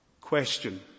question